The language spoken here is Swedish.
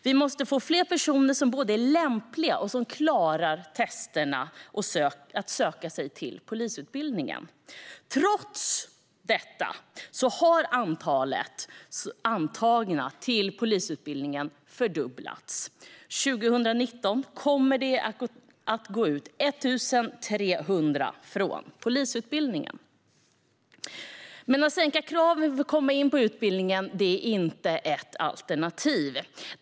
Vi måste få fler personer som både är lämpliga och klarar testerna att söka sig till polisutbildningen. Trots detta har antalet antagna till polisutbildningen fördubblats. År 2019 kommer det att gå ut 1 300 från polisutbildningen. Men att sänka kraven för att komma in på utbildningen är inte ett alternativ.